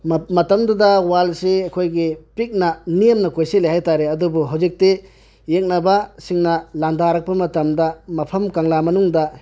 ꯃꯇꯝꯗꯨꯗ ꯋꯥꯜꯁꯤ ꯑꯩꯈꯣꯏꯒꯤ ꯄꯤꯛꯅ ꯅꯦꯝꯅ ꯀꯣꯏꯁꯤꯜꯂꯤ ꯍꯥꯏꯕ ꯇꯥꯔꯦ ꯑꯗꯨꯕꯨ ꯍꯧꯖꯤꯛꯇꯤ ꯌꯦꯛꯅꯕꯁꯤꯡꯅ ꯂꯥꯜꯗꯥꯔꯛꯄ ꯃꯇꯝꯗ ꯃꯐꯝ ꯀꯪꯂꯥ ꯃꯅꯨꯡꯗ